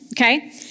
okay